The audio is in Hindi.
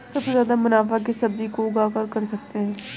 सबसे ज्यादा मुनाफा किस सब्जी को उगाकर कर सकते हैं?